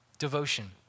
Devotion